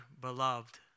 beloved